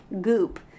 Goop